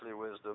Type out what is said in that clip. wisdom